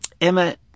Emma